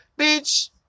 Bitch